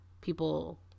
people